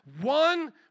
one